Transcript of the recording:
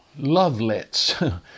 lovelets